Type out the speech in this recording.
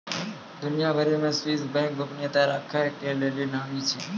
दुनिया भरि मे स्वीश बैंक गोपनीयता राखै के लेली नामी छै